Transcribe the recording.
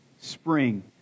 spring